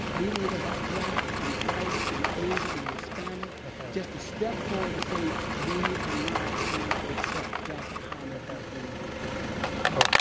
we need to have black and white and asian and hispanic just to step forward and say, we are not going to accept that kind of behavior anymore.